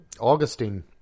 Augustine